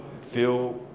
feel